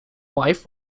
wife